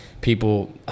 people